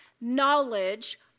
knowledge